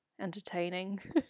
entertaining